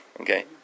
Okay